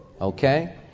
Okay